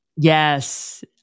Yes